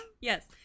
Yes